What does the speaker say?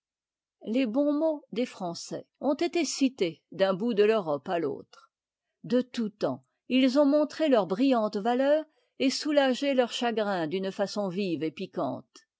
les bons mots des français ont été cités d'un bout de l'europe à l'autre dé tout temps ils ont montré leur brillante valeur et soulagé leurs chagrins d'une façon vive et piquante